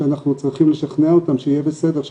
שאנחנו צריכים לשכנע אותם שיהיה בסדר,